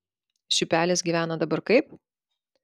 šiupelis gyvena dabar kaip